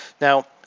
Now